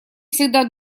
всегда